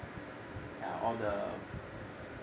ya all the